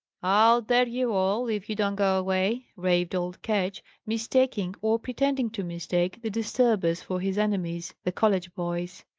i'll dare you all, if you don't go away! raved old ketch, mistaking, or pretending to mistake, the disturbers for his enemies, the college boys.